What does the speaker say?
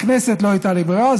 בכנסת לא הייתה לי ברירה,